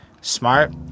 smart